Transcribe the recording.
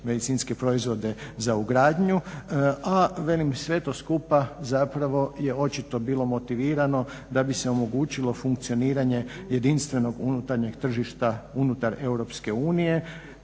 medicinske proizvode za ugradnju, a velim sve to skupa zapravo je očito bilo motivirano da bi se omogućilo funkcioniranje jedinstvenog unutarnjeg tržišta unutar EU pri